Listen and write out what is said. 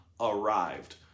arrived